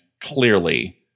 clearly